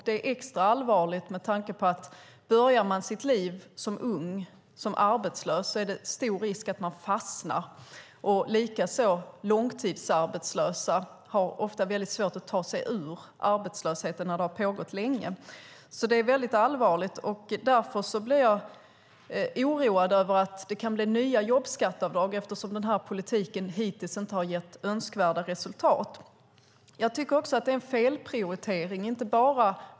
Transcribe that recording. Det är extra allvarigt med tanke på att om man börjar sitt unga liv som arbetslös är det stor risk att man fastnar i arbetslöshet. Långtidsarbetslösa har också ofta svårt att ta sig ur arbetslösheten när den har pågått länge. Det är alltså allvarligt. Eftersom den här politiken hittills inte har gett önskvärda resultat blir jag oroad över att det kan bli nya jobbskatteavdrag. Jag tycker också att det är en felprioritering.